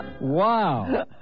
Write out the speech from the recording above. Wow